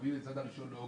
להביא את זה עד 1 באוגוסט,